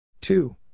Two